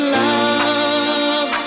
love